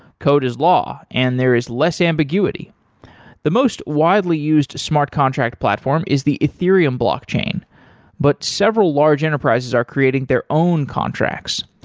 code is law and there is less ambiguity the most widely used smart contract platform is the ethereum blockchain but several large enterprises are creating their own contracts.